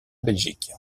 belgique